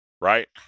right